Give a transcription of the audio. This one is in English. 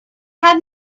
have